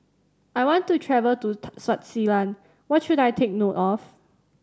I want to travel to Swaziland what should I take note of